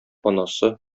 анасы